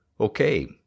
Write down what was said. Okay